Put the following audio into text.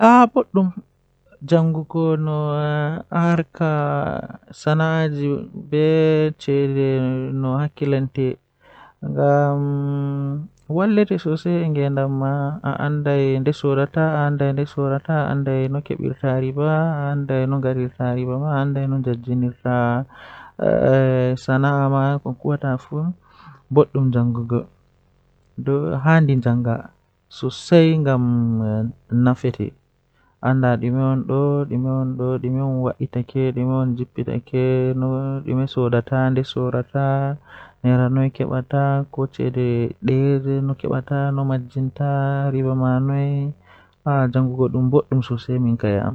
Mashin waawataa waɗde zaane, Kono zaane ko waɗal ɓuri haɓugol e neɗɗo, Sabu art woodani kaɓe njogorde e hakkilagol neɗɗo. Mashinji waawataa ɓe njikkita, Wawanɗe ngoodi e faama ɗi waɗi, Kono ɗuum no waawi heɓde gollal heɓugol e moƴƴi, E njogordi ɗi waɗa ɗi semmbugol. Ko art waɗata goɗɗum ngol, Waɗa e ɗuum fota ko waɗde hakkiɗe